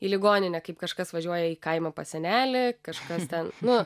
į ligoninę kaip kažkas važiuoja į kaimą pas senelę kažkas ten nu